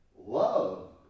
love